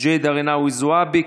ג'ידא רינאוי זועבי,